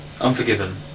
Unforgiven